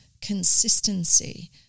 consistency